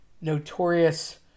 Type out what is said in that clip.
notorious